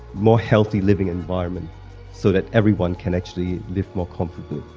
more healthy living environment so that everyone can actually live more comfortably.